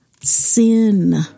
sin